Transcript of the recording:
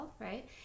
right